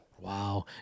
Wow